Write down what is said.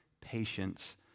patience